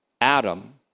Adam